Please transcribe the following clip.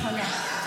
מההתחלה.